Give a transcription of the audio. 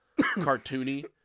cartoony